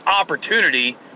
opportunity